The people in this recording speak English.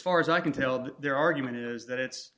far as i can tell their argument is that it's